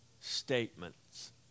statements